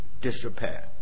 disrepair